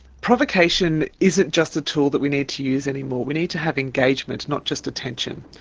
provocation isn't just a tool that we need to use anymore. we need to have engagement, not just attention.